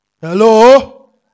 hello